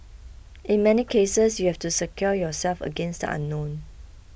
in many cases you have to secure yourself against the unknown